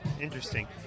interesting